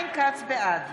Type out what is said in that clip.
בעד